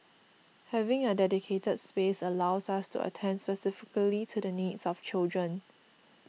having a dedicated space allows us to attend specifically to the needs of children